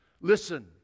Listen